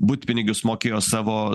butpinigius mokėjo savo